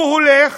הוא הולך